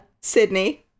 sydney